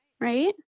right